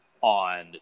on